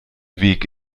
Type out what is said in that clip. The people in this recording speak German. weg